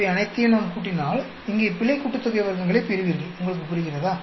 இவை அனைத்தையும் நாம் கூட்டினால் இங்கே பிழை கூட்டுத்தொகை வர்க்கங்களைப் பெறுவீர்கள் உங்களுக்கு புரிகிறதா